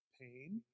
pain